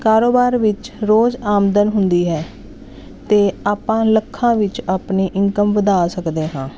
ਕਾਰੋਬਾਰ ਵਿੱਚ ਰੋਜ਼ ਆਮਦਨ ਹੁੰਦੀ ਹੈ ਅਤੇ ਆਪਾਂ ਲੱਖਾਂ ਵਿੱਚ ਆਪਣੀ ਇਨਕਮ ਵਧਾ ਸਕਦੇ ਹਾਂ